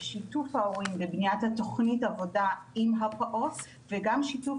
שיתוף ההורים בבניית תוכנית עבודה עם הפעוט וגם שיתוף